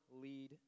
lead